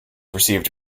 received